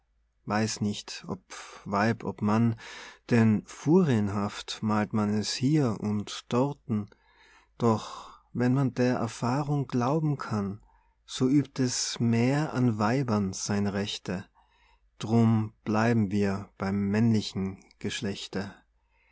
weiß nicht ob weib ob mann denn furienhaft malt man es hier und dorten doch wenn man der erfahrung glauben kann so übt es mehr an weibern seine rechte drum bleiben wir beim männlichen geschlechte